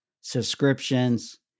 subscriptions